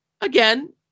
again